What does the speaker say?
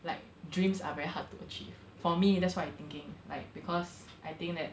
like dreams are very hard to achieve for me that's what I'm thinking like because I think that